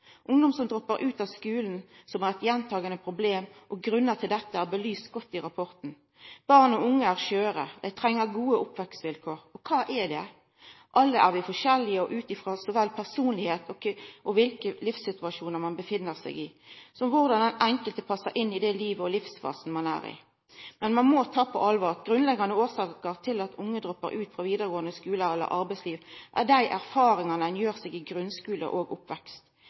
Ungdom som droppar ut av skulen, er eit gjentakande problem, og grunnar til dette er godt belyst i rapporten. Barn og unge er skjøre. Dei treng gode oppvekstvilkår. Men kva er det? Alle er vi forskjellige i så vel personlegdom og kva livssituasjon ein er i, som korleis den enkelte passar inn i det livet og den livsfasen ein er i. Ein må ta på alvor at grunnleggjande årsakar til at unge droppar ut frå vidaregåande skule eller arbeidsliv, er dei erfaringane ein gjer seg i grunnskule og oppvekst.